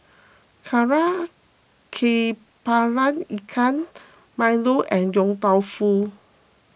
Kari Kepala Ikan Milo and Yong Tau Foo